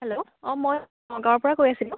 hello অঁ মই নগাঁৱৰ পৰা কৈ আছিলোঁ